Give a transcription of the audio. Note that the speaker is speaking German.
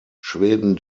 schweden